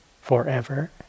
forever